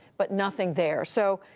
but nothing there. so,